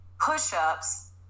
push-ups